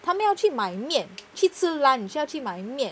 他们要去买面去吃 lunch 要去买面